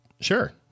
sure